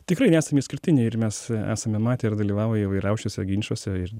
tikrai nesam išskirtiniai ir mes esame matę ir dalyvauja įvairiausiuose ginčuose ir